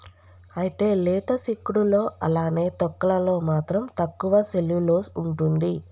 అయితే లేత సిక్కుడులో అలానే తొక్కలలో మాత్రం తక్కువ సెల్యులోస్ ఉంటుంది